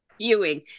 viewing